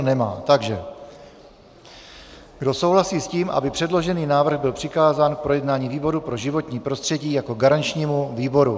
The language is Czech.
Budeme hlasovat, kdo souhlasí s tím, aby předložený návrh byl přikázán k projednání výboru pro životní prostředí jako garančnímu výboru.